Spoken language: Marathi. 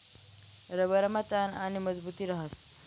रबरमा ताण आणि मजबुती रहास